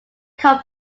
come